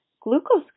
Glucose